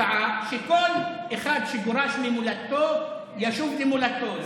אבל אני בהחלט מקבל את ההצעה שכל אחד שגורש ממולדתו ישוב למולדתו.